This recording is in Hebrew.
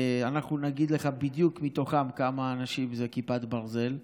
אנחנו נגיד לך בדיוק כמה אנשים מתוכם הם מכיפת ברזל,